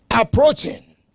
approaching